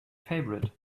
favorite